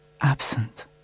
absent